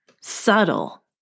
subtle